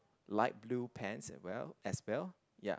light blue pants at well as well ya